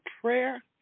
prayer